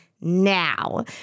now